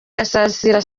gasarasi